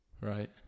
Right